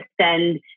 send